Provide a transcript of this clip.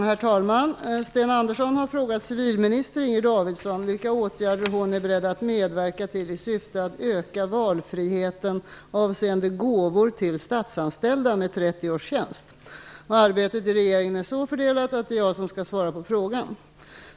Herr talman! Sten Andersson i Malmö har frå gat civilminister Inger Davidson vilka åtgärder hon är beredd att medverka till i syfte att öka val friheten avseende gåvor till statsanställda med 30 Arbetet inom regeringen är så fördelat att det är jag som skall svara på frågan.